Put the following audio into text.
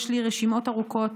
יש לי רשימות ארוכות.